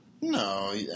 No